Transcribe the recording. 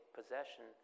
possession